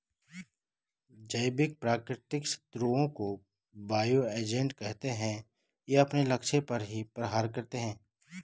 जैविक प्राकृतिक शत्रुओं को बायो एजेंट कहते है ये अपने लक्ष्य पर ही प्रहार करते है